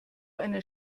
einer